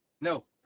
no